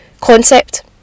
concept